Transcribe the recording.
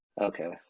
okay